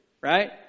right